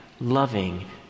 loving